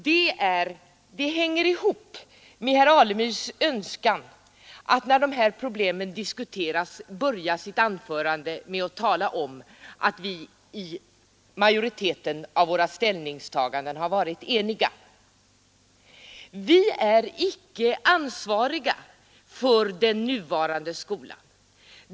Det hänger ihop med herr Alemyrs önskan att alltid när dessa problem diskuteras börja sitt anförande med att tala om att det i fråga om majoriteten av ställningstagandena har rått enighet. Men vi i vårt parti är icke ansvariga för den nuvarande skolan.